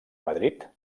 madrid